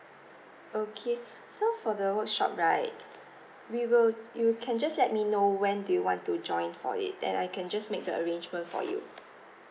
okay so for the workshop right we will you can just let me know when do you want to join for it then I can just make the arrangement for you